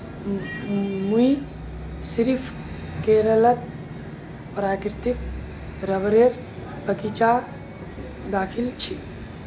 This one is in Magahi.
मुई सिर्फ केरलत प्राकृतिक रबरेर बगीचा दखिल छि